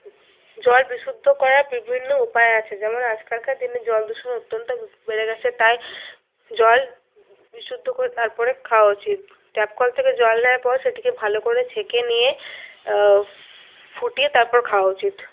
জল বিশুদ্ধ করার বিভিন্ন উপায় আছে যেমন আজকালকার দিনে জলদূষণ অত্যন্ত বেড়ে গেছে তাই জল বিশুদ্ধ করে তারপরে খাওয়া উচিৎ ট্যাপকল থেকে জল নেওয়ার পর সেটিকে ভালো করে ছেঁকে নিয়ে ফুটিয়ে তারপর খাওয়া উচিৎ